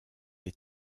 est